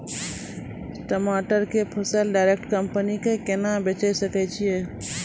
टमाटर के फसल डायरेक्ट कंपनी के केना बेचे सकय छियै?